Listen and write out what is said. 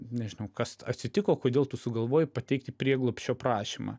nežinau kas atsitiko kodėl tu sugalvojai pateikti prieglobsčio prašymą